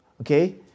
okay